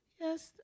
yes